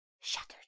shattered